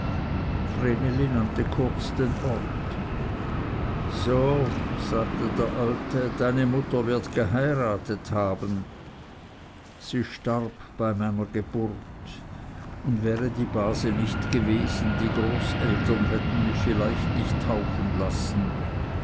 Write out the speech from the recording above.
kurz den ort so sagte der alte deine mutter wird geheiratet haben sie starb bei meiner geburt und wäre die base nicht gewesen die großeltern hätten mich vielleicht nicht taufen lassen